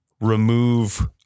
remove